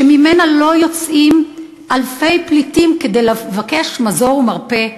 שממנה לא יוצאים אלפי פליטים לבקש מזור ומרפא מהאירופים.